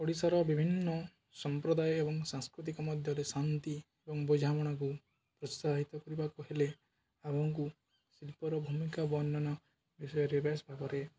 ଓଡ଼ିଶାର ବିଭିନ୍ନ ସମ୍ପ୍ରଦାୟ ଏବଂ ସାଂସ୍କୃତିକ ମଧ୍ୟରେ ଶାନ୍ତି ଏବଂ ବୁଝାମଣାକୁ ପ୍ରୋତ୍ସାହିତ କରିବାକୁ ହେଲେ ଆମକୁ ଶିଳ୍ପର ଭୂମିକା ବର୍ଣ୍ଣନ ବିଷୟରେ ବେଶ୍ ଭାବରେ